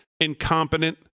incompetent